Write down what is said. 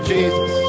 Jesus